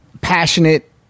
passionate